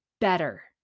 better